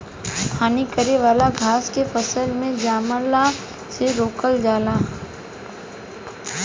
हानि करे वाला घास के फसल में जमला से रोकल जाला